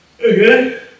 Okay